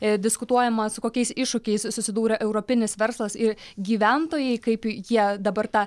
diskutuojama su kokiais iššūkiais susidūrė europinis verslas ir gyventojai kaip jie dabar tą